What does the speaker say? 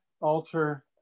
alter